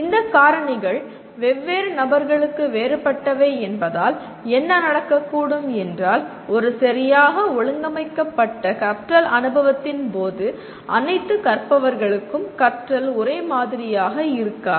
இந்த காரணிகள் வெவ்வேறு நபர்களுக்கு வேறுபட்டவை என்பதால் என்ன நடக்கக்கூடும் என்றால் ஒரு சரியாக ஒழுங்கமைக்கப்பட்ட கற்றல் அனுபவத்தின் போது அனைத்து கற்பவர்களுக்கும் கற்றல் ஒரே மாதிரியாக இருக்காது